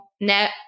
net